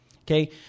Okay